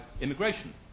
immigration